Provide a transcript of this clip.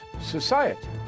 society